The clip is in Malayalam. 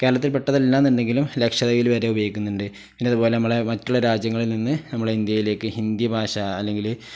കേരളത്തിൽ പെട്ടതല്ല എന്നുണ്ടെങ്കിലും ലക്ഷദീപിൽ വരെ ഉപയോഗിക്കുന്നുണ്ട് പിന്നെ അതുപോലെ നമ്മെ മറ്റുള്ള രാജ്യങ്ങളിൽ നിന്ന് നമ്മളെ ഇന്ത്യയിലേക്ക് ഹിന്ദി ഭാഷ അല്ലെങ്കിൽ